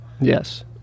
Yes